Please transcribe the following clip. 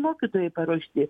mokytojai paruošti